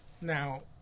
now